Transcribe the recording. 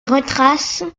retrace